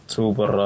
Super